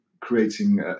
creating